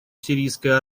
сирийской